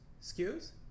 Excuse